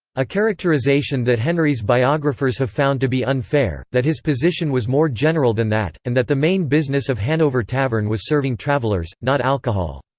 a characterization that henry's biographers have found to be unfair that his position was more general than that, and that the main business of hanover tavern was serving travelers, not alcohol.